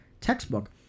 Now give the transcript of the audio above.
textbook